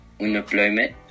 unemployment